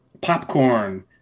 popcorn